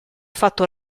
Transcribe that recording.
fatto